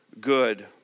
good